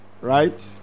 Right